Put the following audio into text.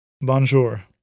Bonjour